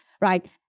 right